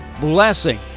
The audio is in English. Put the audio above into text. blessing